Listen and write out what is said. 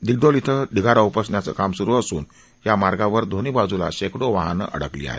दिगडोल इथं ढिगारा उपसण्याचं काम सुरू असून या मार्गावर दोन्ही बाजूला शेकडो वाहनं अडकली आहेत